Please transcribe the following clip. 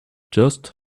just